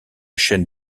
chaîne